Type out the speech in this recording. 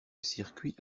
circuits